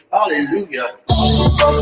Hallelujah